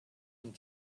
and